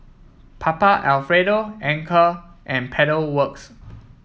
Papa Alfredo Anchor and Pedal Works